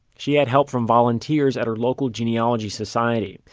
she had help from volunteers at her local genealogy society.